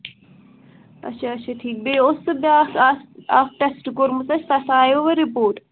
اچھا اچھا ٹھیٖک بیٚیہِ اوس سُہ بیاکھ اَکھ اَکھ ٹیشٹ کوٚرمُت اَسہِ تَتھ آیاوا رِپورٹ